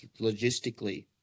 logistically